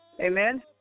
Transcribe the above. amen